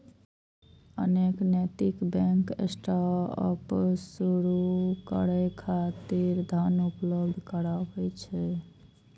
अनेक नैतिक bank startup शुरू करै खातिर धन उपलब्ध कराबै छै